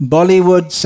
Bollywood